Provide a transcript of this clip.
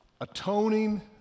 Atoning